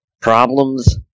problems